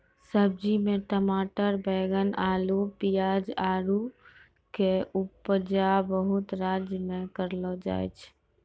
सब्जी मे टमाटर बैगन अल्लू पियाज आरु के उपजा बहुते राज्य मे करलो जाय छै